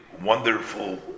wonderful